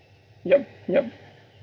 yup yup